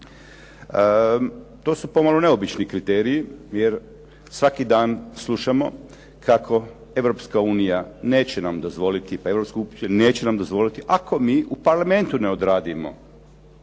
To su pomalo neobični kriteriji jer svaki dan slušamo kako Europska unija neće nam dozvoliti, ako mi u Parlamentu ne odradimo